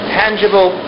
tangible